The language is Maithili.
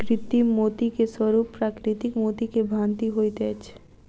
कृत्रिम मोती के स्वरूप प्राकृतिक मोती के भांति होइत अछि